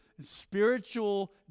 spiritual